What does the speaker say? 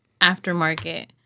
aftermarket